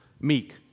Meek